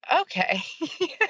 okay